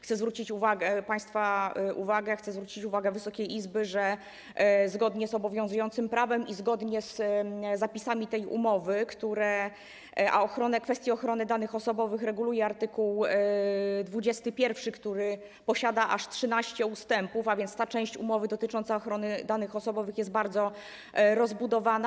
Chcę zwrócić uwagę państwa, chcę zwrócić uwagę Wysokiej Izby, że zgodnie z obowiązującym prawem i zgodnie z zapisami tej umowy kwestie ochrony danych osobowych reguluje art. 21, który posiada aż 13 ustępów, a więc ta część umowy dotycząca ochrony danych osobowych jest bardzo rozbudowana.